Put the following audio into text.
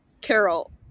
Carol